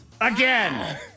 again